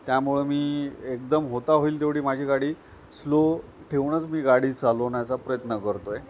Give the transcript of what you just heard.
त्यामुळं मी एकदम होता होईल तेवढी माझी गाडी स्लो ठेवूनच मी गाडी चालवण्या्चा प्रयत्न करतोय